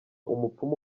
umupfumu